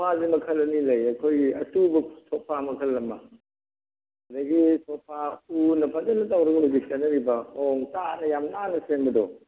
ꯁꯣꯐꯥꯁꯦ ꯃꯈꯜ ꯑꯅꯤ ꯂꯩ ꯑꯩꯈꯣꯏꯒꯤ ꯑꯇꯨꯕ ꯁꯣꯐꯥ ꯃꯈꯜ ꯑꯃ ꯑꯗꯒꯤ ꯁꯣꯐꯥ ꯎꯅ ꯐꯖꯅ ꯇꯧꯔꯒ ꯍꯧꯖꯤꯛ ꯁꯦꯝꯅꯔꯤꯕ ꯃꯑꯣꯡ ꯇꯥꯅ ꯌꯥꯝ ꯅꯥꯟꯅ ꯁꯦꯝꯕꯗꯣ